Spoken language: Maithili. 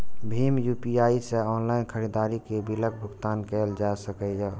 भीम यू.पी.आई सं ऑनलाइन खरीदारी के बिलक भुगतान कैल जा सकैए